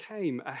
came